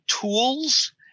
tools